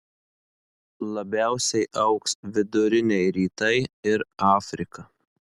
labiausiai augs viduriniai rytai ir afrika